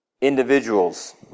individuals